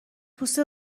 پوست